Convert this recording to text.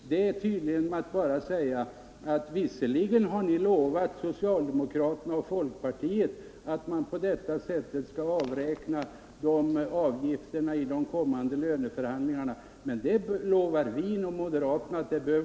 Det är detsamma som att säga till löntagarna att de visserligen har lovat socialdemokraterna och folkpartiet att avräkna de avgifter det gäller vid de kommande löneförhandlingarna men att moderaterna lovar att de inte behöver göra detta.